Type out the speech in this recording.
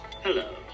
Hello